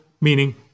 meaning